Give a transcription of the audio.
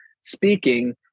speaking